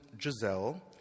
Giselle